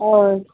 हय